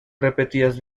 repetidas